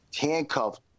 handcuffed